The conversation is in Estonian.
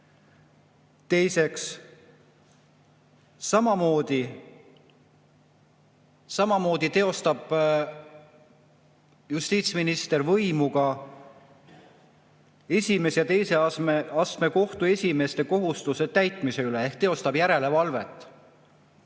Teiseks, samamoodi teostab justiitsminister võimu ka esimese ja teise astme kohtu esimeeste kohustuse täitmise üle ehk teostab järelevalvet.